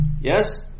Yes